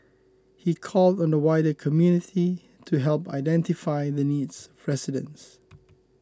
he called on the wider community to help identify the needs of residents